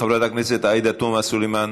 חברת הכנסת עאידה תומא סלימאן,